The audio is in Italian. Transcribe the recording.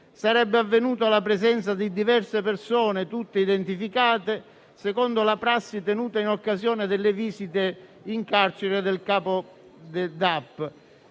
sarebbe avvenuto alla presenza di diverse persone, tutte identificate, secondo la prassi tenuta in occasione delle visite in carcere del capo del